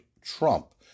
Trump